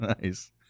Nice